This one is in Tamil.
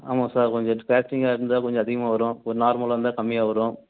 ஆமாம் சார் கொஞ்சம் பேக்கிங்காக இருந்தால் கொஞ்சம் அதிகமாக வரும் இப்போ நார்மலாக இருந்தால் கம்மியாக வரும்